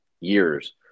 years